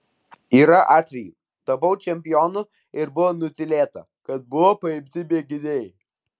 yra atvejų tapau čempionu ir buvo nutylėta kad buvo paimti mėginiai